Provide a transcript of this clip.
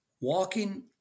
walking